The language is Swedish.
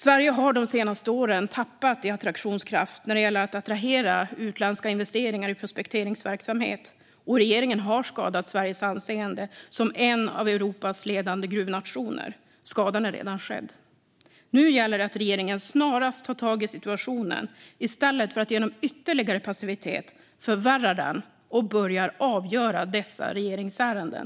Sverige har de senaste åren tappat i attraktionskraft när det gäller att attrahera utländska investeringar i prospekteringsverksamhet, och regeringen har skadat Sveriges anseende som en av Europas ledande gruvnationer. Skadan är redan skedd. Nu gäller att regeringen snarast tar tag i situationen, i stället för att genom ytterligare passivitet förvärra den, och börjar avgöra dessa regeringsärenden.